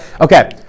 okay